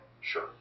sure